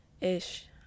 ish